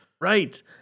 Right